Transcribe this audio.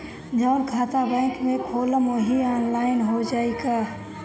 जवन खाता बैंक में खोलम वही आनलाइन हो जाई का?